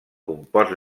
compost